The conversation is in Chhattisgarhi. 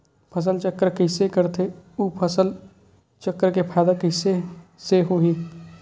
फसल चक्र कइसे करथे उ फसल चक्र के फ़ायदा कइसे से होही?